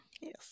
Yes